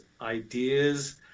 ideas